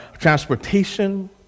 transportation